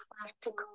practical